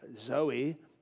Zoe